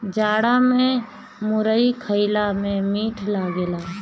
जाड़ा में मुरई खईला में मीठ लागेला